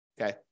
Okay